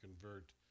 convert